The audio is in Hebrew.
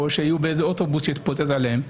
או שיהיו באיזה אוטובוס שיתפוצץ עליהם.